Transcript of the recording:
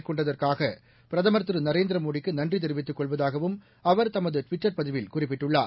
மேற்கொண்டதற்காக பிரதமர் திரு நரேந்திரமோடிக்கு நன்றி தெரிவித்துக் கொள்வதாகவும் அவர் தமது டுவிட்டர் பதிவில் குறிப்பிட்டுள்ளார்